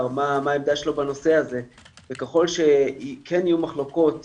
מה עמדתו בנושא הזה וככל שכן יהיו מחלוקות